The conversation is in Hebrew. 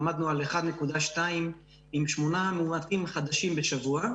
עמדנו על 1.2 עם שמונה מאומתים חדשים בשבוע.